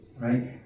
right